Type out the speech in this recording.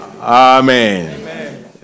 Amen